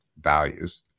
values